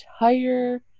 entire